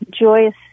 joyous